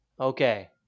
Okay